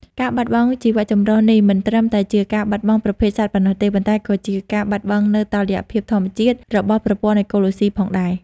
ការបាត់បង់ជីវៈចម្រុះនេះមិនត្រឹមតែជាការបាត់បង់ប្រភេទសត្វប៉ុណ្ណោះទេ ប៉ុន្តែក៏ជាការបាត់បង់នូវ តុល្យភាពធម្មជាតិ របស់ប្រព័ន្ធអេកូឡូស៊ីផងដែរ។